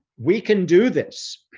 we can do this,